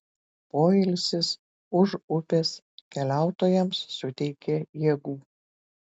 poilsis už upės keliautojams suteikė jėgų